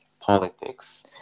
politics